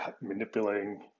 manipulating